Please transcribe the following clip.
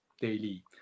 daily